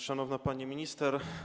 Szanowna Pani Minister!